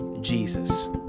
Jesus